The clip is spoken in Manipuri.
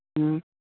ꯎꯝ